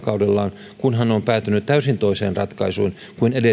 hänen alkaneella virkakaudellaan kun hän on päätynyt täysin toiseen ratkaisuun kuin